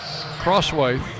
Crossway